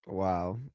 Wow